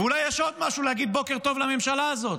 ואולי יש עוד משהו להגיד עליו בוקר טוב לממשלה הזאת.